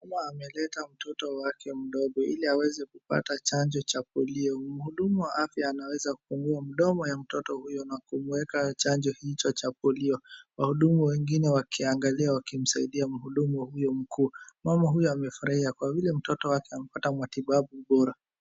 Mama ameleta mtoto wake mdogo ili aweze kupata chanjo cha polio. Mhudumu wa afya anaweza kufungua mdomo ya mtoto huyo na kumuweka chanjo hicho cha polio. Wahudumu wengine wakiangalia wakimsaidia mhudumu huyo mkuu. Mama huyo amefurahia kwa vile mtoto wake amepata matibabu bora.